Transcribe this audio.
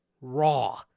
Raw